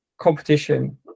competition